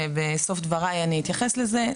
בסוף דבריי אתייחס לזה,